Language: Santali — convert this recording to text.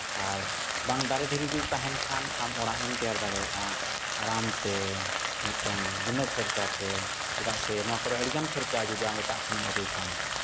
ᱟᱨ ᱵᱟᱝ ᱫᱟᱨᱮ ᱫᱷᱤᱨᱤ ᱡᱩᱫᱤ ᱛᱟᱦᱮᱱ ᱠᱷᱟᱱ ᱟᱢ ᱚᱲᱟᱜᱮᱢ ᱛᱮᱭᱟᱨ ᱫᱟᱲᱮᱭᱟᱜᱼᱟ ᱟᱨᱟᱢᱛᱮ ᱢᱤᱫᱴᱟᱝ ᱵᱤᱱᱟᱹ ᱠᱷᱚᱨᱪᱟᱛᱮ ᱪᱮᱫᱟᱜ ᱥᱮ ᱱᱚᱣᱟ ᱠᱚᱨᱮ ᱟᱹᱰᱤᱜᱟᱱ ᱠᱷᱚᱨᱪᱟ ᱡᱩᱫᱤ ᱟᱢ ᱮᱴᱟᱜ ᱠᱷᱚᱱᱮᱢ ᱟᱹᱜᱩᱭ ᱠᱷᱟᱱ ᱫᱚ